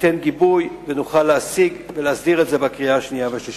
תיתן גיבוי ונוכל להשיג ולהסדיר את זה בקריאה השנייה והשלישית.